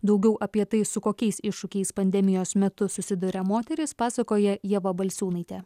daugiau apie tai su kokiais iššūkiais pandemijos metu susiduria moterys pasakoja ieva balsiūnaitė